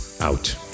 Out